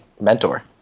mentor